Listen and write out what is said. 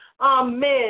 amen